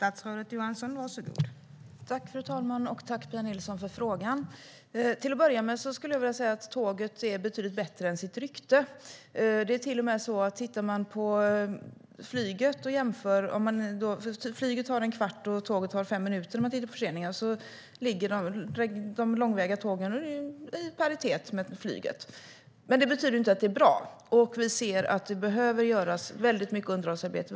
Fru talman! Tack, Pia Nilsson, för frågan! Till att börja med skulle jag vilja säga att tåget är betydligt bättre än sitt rykte. Tittar man på flyget och jämför förseningar ser man att flyget tar en kvart och tåget fem minuter. De långväga tågen ligger i paritet med flyget. Men det betyder ju inte att det är bra. Vi ser att det behöver göras väldigt mycket underhållsarbete.